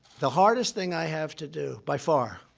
the hardest thing i have to do, by far,